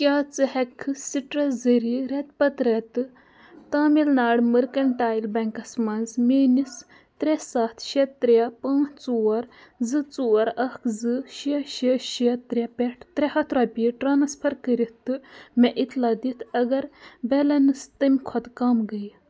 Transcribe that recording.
کیٛاہ ژٕ ہٮ۪کٕکھٕ سِٹرَس ذٔریعہِ رٮ۪تہٕ پَتہٕ رٮ۪تہٕ تامِل ناڈ مٔرکَنٹایِل بیٚنٛکَس منٛز میٛٲنِس ترٛےٚ سَتھ شےٚ ترٛےٚ پانٛژھ ژور زٕ ژور اَکھ زٕ شےٚ شےٚ شےٚ ترٛےٚ پٮ۪ٹھ ترٛےٚ ہَتھ رۄپیہِ ٹرٛانٕسفَر کٔرِتھ تہٕ مےٚ اِطلاع دِتھ اگر بیلینٕس تَمہِ کھۄتہٕ کَم گٔیہِ